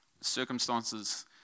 Circumstances